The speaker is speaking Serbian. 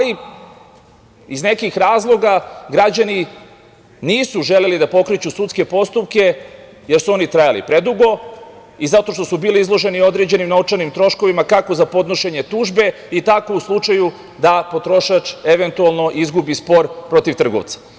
Iz nekih razloga građani nisu želeli da pokreću sudske postupke, jer su oni trajali predugo i zato što su bili izloženi određenim novčanim troškovima, kako za podnošenje tužbe i tako u slučaju da potrošač eventualno izgubi spor protiv trgovca.